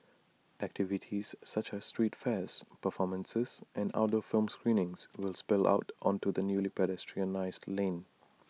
activities such as street fairs performances and outdoor film screenings will spill out onto the newly pedestrianised lane